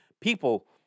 people